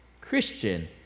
Christian